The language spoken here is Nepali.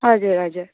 हजुर हजुर